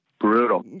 Brutal